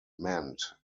meant